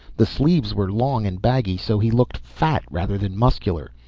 the sleeves were long and baggy so he looked fat rather than muscular.